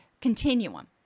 continuum